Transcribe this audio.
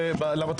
למה,